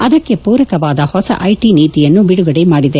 ಅದಕ್ಕೆ ಪೂರಕವಾದ ಹೊಸ ಐಟ ನೀತಿಯನ್ನು ಬಿಡುಗಡೆ ಮಾಡಿದೆ